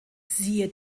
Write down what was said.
siehe